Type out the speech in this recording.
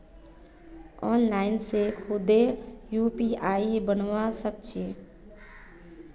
online से खुदे UPI बनवा सक छी